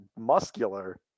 muscular